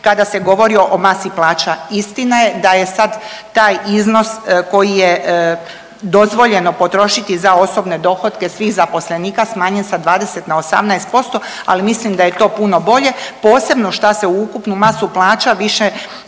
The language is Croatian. kada se govori o masi plaća. Istina je da je sad taj iznos koji je dozvoljeno potrošiti za osobne dohotke svih zaposlenika smanjen s 20 na 18%, ali mislim da je to puno bolje, posebno šta se u ukupnu masu plaća više